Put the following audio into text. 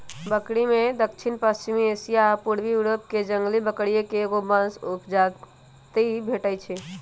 बकरिमें दक्षिणपश्चिमी एशिया आ पूर्वी यूरोपके जंगली बकरिये के एगो वंश उपजाति भेटइ हइ